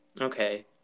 Okay